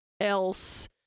else